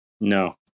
no